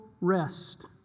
rest